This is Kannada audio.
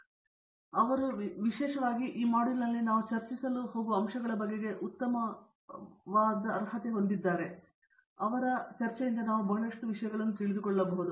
ಆದ್ದರಿಂದ ವಿಶೇಷವಾಗಿ ಈ ಮಾಡ್ಯೂಲ್ನಲ್ಲಿ ನಾವು ಚರ್ಚಿಸಲು ಹೋಗುವ ಅಂಶಗಳ ಬಗೆಗೆ ಉತ್ತಮವಾಗಿ ಅರ್ಹತೆ ಪಡೆದಿದ್ದೇವೆ ಮತ್ತು ಚೆನ್ನಾಗಿ ಅನುಭವಿಸುತ್ತಿದ್ದೇವೆ